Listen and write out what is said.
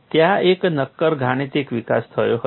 ત્યાં એક નક્કર ગાણિતિક વિકાસ થયો હતો